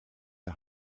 der